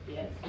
Yes